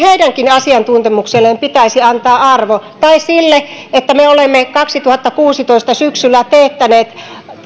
asiantuntemukselle pitäisi antaa arvo tai sille että me olemme syksyllä kaksituhattakuusitoista teettäneet